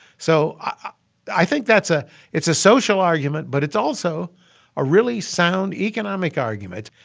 so i think that's a it's a social argument, but it's also a really sound economic argument.